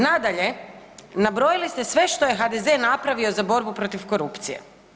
Nadalje, nabrojili ste što je HDZ-e napravio za borbu protiv korupcije.